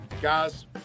Guys